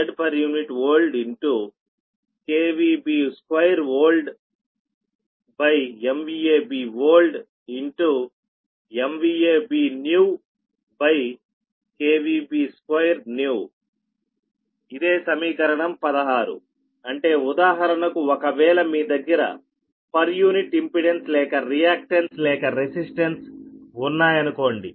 Zpu new Zpu old KVBold right2MVAB oldMVAB newKVBnew2 ఇదే సమీకరణం 16 అంటే ఉదాహరణకు ఒకవేళ మీ దగ్గర పర్ యూనిట్ ఇంపెడెన్స్ లేక రియాక్టన్స్ లేక రెసిస్టన్స్ ఉన్నాయనుకోండి